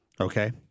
Okay